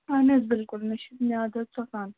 اَہن حظ بِلکُل مےٚ چھُ میٛادٕ حظ ژۄکان